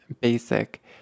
basic